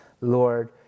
Lord